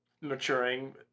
maturing